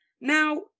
Now